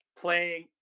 playing